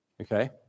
okay